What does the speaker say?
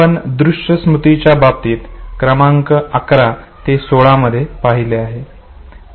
आपण दृश्य स्मृतीच्या बाबतीत क्रमांक 11 ते 16 मध्ये पहिले आहे